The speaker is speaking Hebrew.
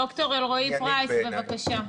ד"ר אלרעי-פרייס, בבקשה.